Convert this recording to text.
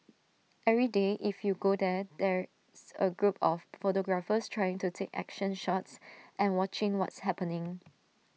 every day if you go there there's A group of photographers trying to take action shots and watching what's happening